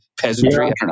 peasantry